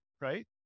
right